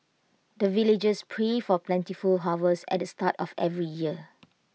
the villagers pray for plentiful harvest at the start of every year